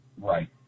Right